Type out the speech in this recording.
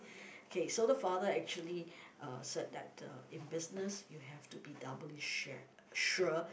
okay so the father actually uh said that the in business you have to be doubly shared sure